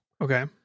okay